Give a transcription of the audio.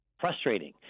frustrating